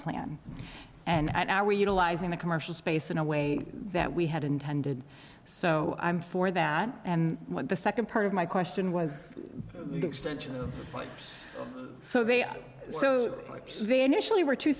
plan and are we utilizing the commercial space in a way that we had intended so i'm for that and what the second part of my question was so they so they initially were two